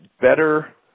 better